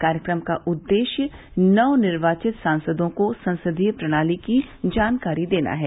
कार्यक्रम का उद्देश्य नव निर्वाचित सांसदों को संसदीय प्रणाली की जानकारी देना है